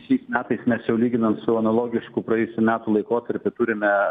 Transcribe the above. šiais metais mes jau lyginant su analogišku praėjusių metų laikotarpiu turime